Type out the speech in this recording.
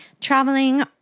traveling